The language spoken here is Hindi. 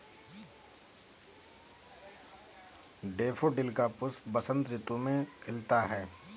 डेफोडिल का पुष्प बसंत ऋतु में खिलता है